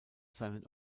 seinen